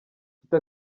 mfite